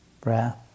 Breath